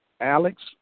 Alex